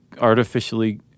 artificially